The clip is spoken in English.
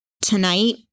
tonight